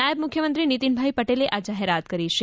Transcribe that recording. નાયબ મુખ્યમંત્રી નિતિનભાઈ પટેલે આ જાહેરાત કરી છે